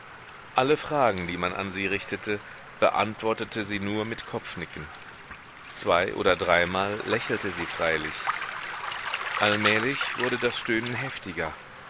alle fragen die man an sie richtete beantwortete sie nur mit kopfnicken zwei oder dreimal lächelte sie freilich allmählich wurde das stöhnen heftiger